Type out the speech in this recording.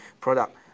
product